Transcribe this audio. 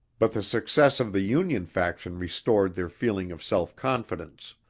but the success of the union faction restored their feeling of self-confidence.